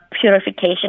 purification